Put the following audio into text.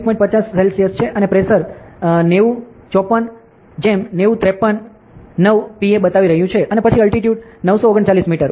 50 C અને pressure 90 54 90539 Pa બતાવી રહ્યું છે અને પછી અલ્ટિટ્યુડ 939 મીટર